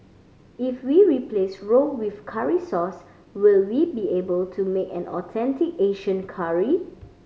if we replace roux with curry sauce will we be able to make an authentic Asian curry